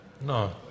No